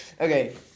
Okay